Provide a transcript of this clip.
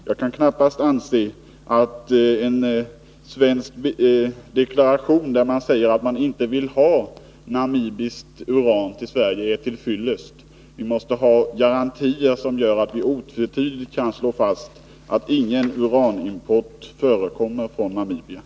Jag kan inte anse att en svensk deklaration där det sägs att man inte vill ha namibiskt uran till Sverige är till fyllest. Vi måste ha garantier som gör att vi otvetydigt kan slå fast att ingen uranimport från Namibia förekommer.